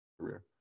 career